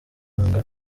inanga